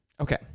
Okay